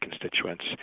constituents